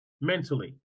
mentally